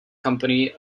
company